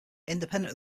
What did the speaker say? independent